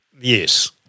Yes